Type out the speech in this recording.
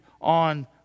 on